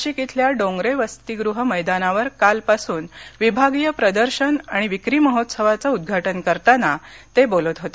नाशिक इथल्या डोंगरे वसतिगृह मैदानावर कालपासून विभागीय प्रदर्शन आणि विक्री महोत्सवाचं उद्घाटन करताना ते बोलत होते